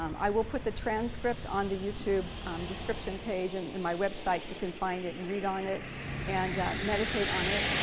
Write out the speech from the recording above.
um i will put the transcript on the youtube description page and and my website you can find it and read it and meditate on it.